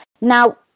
Now